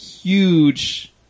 huge